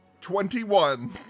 Twenty-one